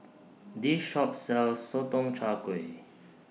This Shop sells Sotong Char Kway